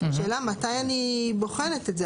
השאלה מתי אני בוחנת את זה,